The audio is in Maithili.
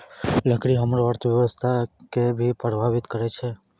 लकड़ी हमरो अर्थव्यवस्था कें भी प्रभावित करै छै